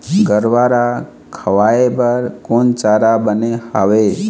गरवा रा खवाए बर कोन चारा बने हावे?